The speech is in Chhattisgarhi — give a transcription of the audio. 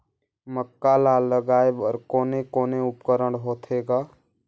मक्का ला लगाय बर कोने कोने उपकरण होथे ग?